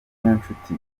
niyonshuti